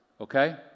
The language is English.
Okay